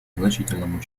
значительному